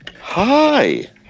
Hi